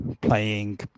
playing